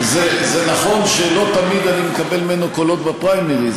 זה נכון שלא תמיד אני מקבל ממנו קולות בפריימריז,